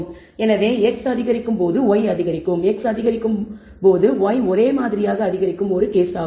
எனவே x அதிகரிக்கும் போது y அதிகரிக்கும் x அதிகரிக்கும் போது y ஒரே மாதிரியாகக் அதிகரிக்கும் ஒரு வழக்காகும்